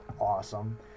Awesome